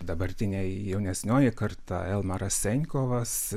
dabartiniai jaunesnioji karta elmaras senkovas